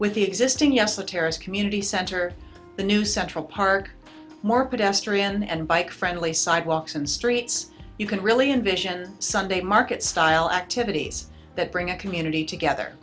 with the existing yes the terrace community center the new central park more pedestrian and bike friendly sidewalks and streets you can really envision sunday market style activities that bring a community together